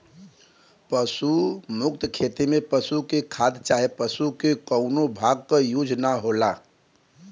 पशु मुक्त खेती में पशु के खाद चाहे पशु के कउनो भाग क यूज ना होला